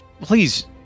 please